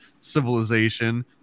civilization